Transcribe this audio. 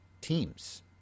teams